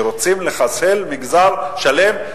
שרוצים לחסל מגזר שלם,